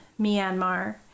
Myanmar